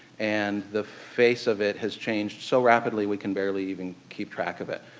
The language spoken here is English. and the face of it has changed so rapidly we can barely even keep track of it.